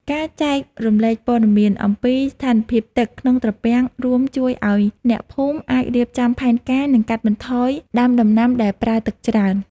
ការចែករំលែកព័ត៌មានអំពីស្ថានភាពទឹកក្នុងត្រពាំងរួមជួយឱ្យអ្នកភូមិអាចរៀបចំផែនការ និងកាត់បន្ថយដាំដំណាំដែលប្រើទឹកច្រើន។